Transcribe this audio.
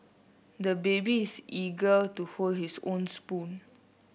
the baby is eager to hold his own spoon